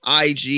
IG